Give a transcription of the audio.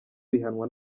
bihanwa